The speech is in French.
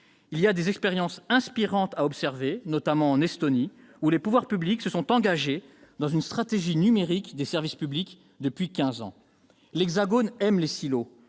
Il y a des expériences inspirantes à observer ; je pense notamment à l'Estonie, où les pouvoirs publics se sont engagés dans une stratégie numérique des services publics depuis quinze ans. L'Hexagone aime les silos.